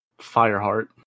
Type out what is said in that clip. Fireheart